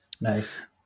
nice